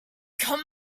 come